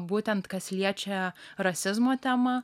būtent kas liečia rasizmo temą